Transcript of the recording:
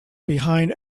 behind